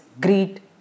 greed